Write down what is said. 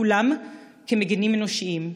כולם כמגינים אנושיים.